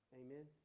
Amen